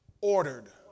Ordered